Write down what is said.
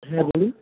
হ্যাঁ বলুন